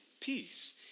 peace